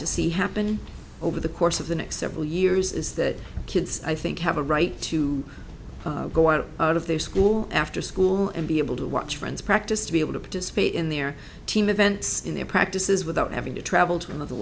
to see happen over the course of the next several years is that kids i think have a right to go on out of their school after school and be able to watch friends practice to be able to participate in their team events in their practices without having to travel to another